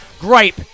gripe